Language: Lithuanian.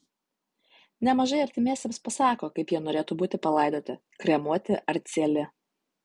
nemažai artimiesiems pasako kaip jie norėtų būti palaidoti kremuoti ar cieli